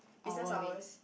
business hours